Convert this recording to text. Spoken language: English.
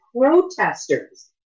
protesters